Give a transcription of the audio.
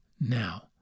now